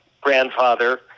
grandfather